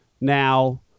Now